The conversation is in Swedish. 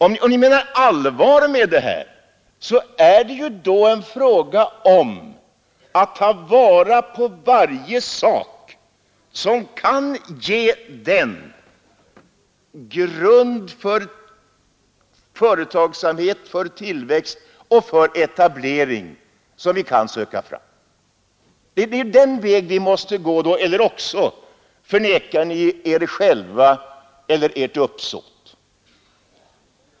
Om ni menar allvar med detta, så är det fråga om att ta vara på varje sak som kan ge grund för företagsamhet, tillväxt och etablering. Det är den vägen vi måste gå, eller också förnekar ni er själva eller ert uppsåt.